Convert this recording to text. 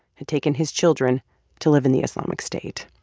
had taken his children to live in the islamic state.